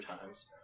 times